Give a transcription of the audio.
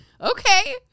Okay